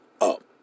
up